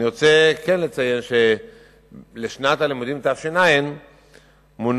אני כן רוצה לציין שלשנת הלימודים התש"ע מונה,